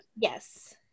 Yes